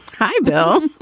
hi, bill.